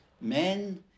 Men